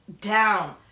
down